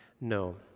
No